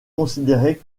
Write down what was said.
considérée